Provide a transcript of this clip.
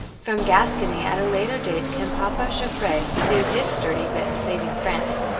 from gascony at a later day came papa joffre to do his sturdy bit in saving france.